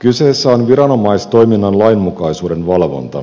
kyseessä on viranomaistoiminnan lainmukaisuuden valvonta